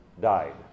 Died